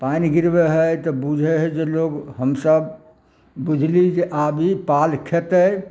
पानि गिरबै हइ तऽ बूझय हइ जे लोग हमसब बुझली जे आब ई पाल खेतै